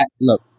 Look